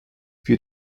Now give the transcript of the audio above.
für